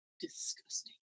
Disgusting